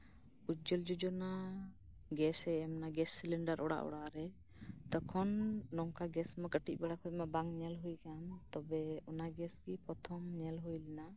ᱩᱡᱡᱚᱞ Yojana gas cylinder ᱚᱲᱟᱜ ᱚᱲᱟᱜᱨᱮ ᱛᱚᱠᱷᱚᱱ ᱱᱚᱝᱠᱟᱱ ᱜᱮᱥ ᱢᱟ ᱠᱟᱹᱴᱤᱡ ᱵᱮᱲᱟ ᱠᱷᱚᱱ ᱵᱟᱝ ᱧᱮᱞ ᱦᱩᱭ ᱟᱠᱟᱱ ᱟᱫᱚ ᱚᱱᱟ ᱜᱮᱥ ᱜᱮ ᱯᱨᱚᱛᱷᱚᱢ ᱧᱮᱞ ᱦᱩᱭ ᱞᱮᱱᱟ